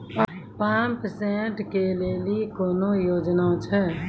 Pump set केलेली कोनो योजना छ?